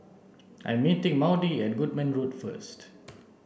I'm meeting Maudie at Goodman Road first